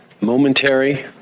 momentary